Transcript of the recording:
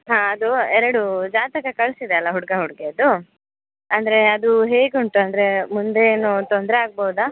ಹಾಂ ಅದು ಎರಡು ಜಾತಕ ಕಳ್ಸಿದ್ದೆ ಅಲ್ಲ ಹುಡುಗ ಹುಡುಗಿಯದ್ದು ಅಂದರೆ ಅದು ಹೇಗುಂಟು ಅಂದರೆ ಮುಂದೆ ಏನು ತೊಂದರೆ ಆಗ್ಬೋದಾ